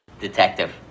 Detective